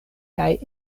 kaj